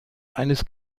eines